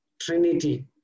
trinity